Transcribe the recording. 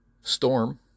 storm